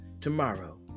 tomorrow